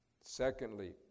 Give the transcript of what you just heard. Secondly